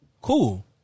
Cool